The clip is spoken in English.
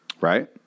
Right